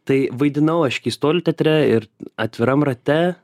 tai vaidinau aš keistuolių teatre ir atviram rate